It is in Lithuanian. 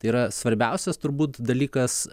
tai yra svarbiausias turbūt dalykas